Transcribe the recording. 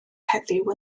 heddiw